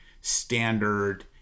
standard